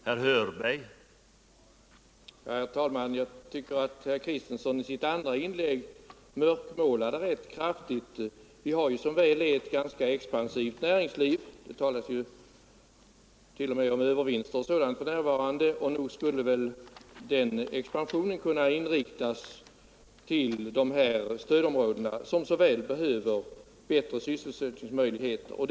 Herr talman! Jag tycker att herr Kristenson i sitt andra inlägg mörkmålade rätt kraftigt. Vi har som väl är ett ganska expansivt näringsliv. Det talas inriktas till stödområdena, som så väl behöver bättre sysselsättningsmöj Onsdagen den ligheter.